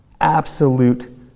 absolute